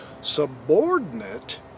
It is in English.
subordinate